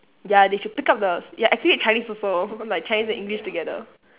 ya they should pick up the ya actually chinese also like chinese and english together